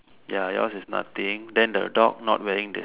ya yours is nothing then the dog not wearing the